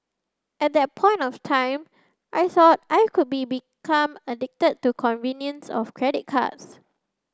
at that point of time I thought I could be become addicted to convenience of credit cards